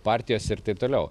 partijose ir taip toliau